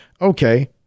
okay